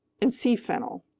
and sea fennel.